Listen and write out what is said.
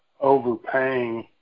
overpaying